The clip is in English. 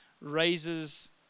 raises